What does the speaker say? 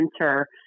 enter